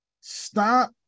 Stop